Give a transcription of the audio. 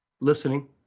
Listening